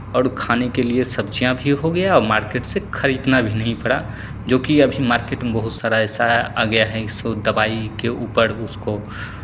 और खाने के लिए सब्ज़ियाँ भी हो गया मार्केट से खरीदना भी नहीं पड़ा जोकि अभी मार्केट में बहुत सारा ऐसा आ गया है सो दवाई के ऊपर उसको